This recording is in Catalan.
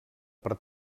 per